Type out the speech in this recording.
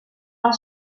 pel